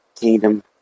Kingdom